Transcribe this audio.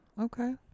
Okay